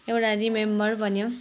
एउटा रिमेम्बर बन्यो